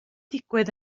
digwydd